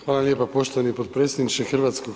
Hvala lijepa poštovani potpredsjedniče HS.